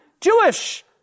Jewish